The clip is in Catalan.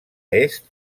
est